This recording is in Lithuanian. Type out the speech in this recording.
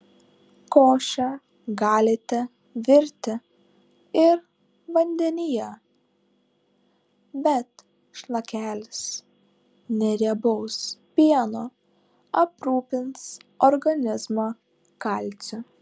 košę galite virti ir vandenyje bet šlakelis neriebaus pieno aprūpins organizmą kalciu